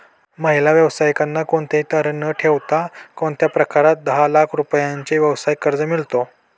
महिला व्यावसायिकांना कोणतेही तारण न ठेवता कोणत्या प्रकारात दहा लाख रुपयांपर्यंतचे व्यवसाय कर्ज मिळतो?